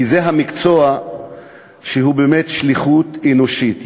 כי זה מקצוע שהוא באמת שליחות אנושית.